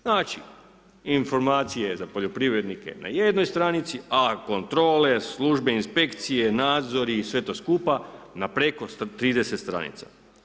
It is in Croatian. Znači informacije za poljoprivrednike na jednoj stranici a kontrole, službe, inspekcije, nadzori i sve to skupa na preko 30 stranica.